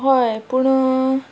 हय पूण